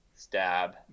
stab